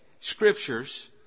scriptures